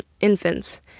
infants